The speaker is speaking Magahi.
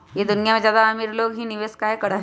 ई दुनिया में ज्यादा अमीर लोग ही निवेस काहे करई?